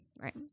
Right